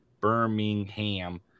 Birmingham